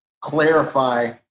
clarify